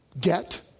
get